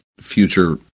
future